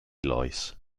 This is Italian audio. lois